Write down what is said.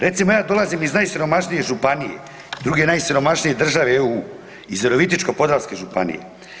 Recimo ja dolazim iz najsiromašnije županije, druge najsiromašnije države u, iz Virovitičko-podravske županije.